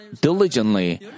diligently